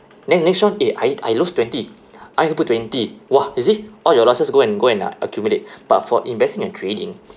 then next one eh I I lost twenty I have to put twenty !wah! is it all your loses go and go and uh accumulate but for investment and trading